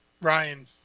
Ryan